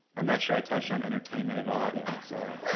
i'm not sure i touched on entertainment at all there. i'm sorry.